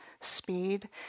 speed